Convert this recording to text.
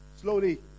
slowly